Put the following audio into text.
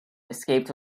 escaped